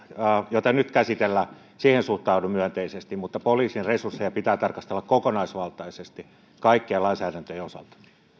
jota nyt käsitellään suhtaudun myönteisesti mutta poliisin resursseja pitää tarkastella kokonaisvaltaisesti kaikkien lainsäädäntöjen osalta